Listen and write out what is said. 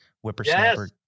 whippersnapper